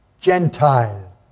Gentile